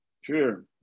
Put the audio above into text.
Sure